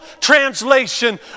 translation